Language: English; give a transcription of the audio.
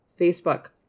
Facebook